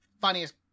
Funniest